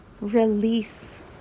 Release